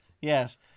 yes